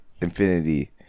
Infinity